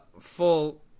full